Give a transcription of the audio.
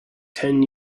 ten